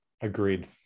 Agreed